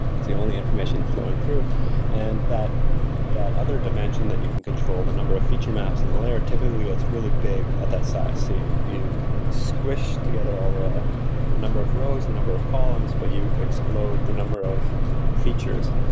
it's the only information flowing through and that that other dimension that you can control, the number of feature maps and the layer, typically it's really big at that size. you squish together all the the number of rows, the and number of columns, but you explode the number of features.